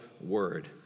word